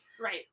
Right